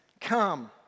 come